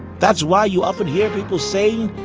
that's why you often hear people saying,